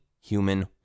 human